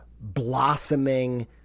blossoming